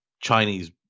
Chinese